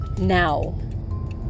now